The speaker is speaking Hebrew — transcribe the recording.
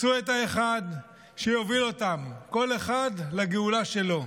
מצאו את האחד שיוביל אותם, כל אחד לגאולה שלו: